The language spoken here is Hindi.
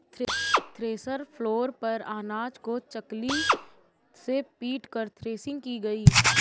थ्रेसर फ्लोर पर अनाज को चकली से पीटकर थ्रेसिंग की गई